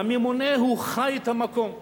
הממונה חי את המקום.